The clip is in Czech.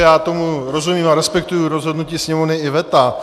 Já tomu rozumím a respektuji rozhodnutí sněmovny i veta.